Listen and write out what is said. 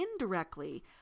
indirectly